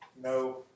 no